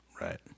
Right